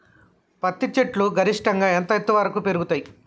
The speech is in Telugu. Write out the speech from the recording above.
పత్తి చెట్లు గరిష్టంగా ఎంత ఎత్తు వరకు పెరుగుతయ్?